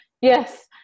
yes